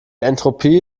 entropie